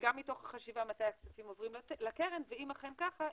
גם מתוך החשיבה מתי הכספים עוברים לקרן ואם אכן ככה,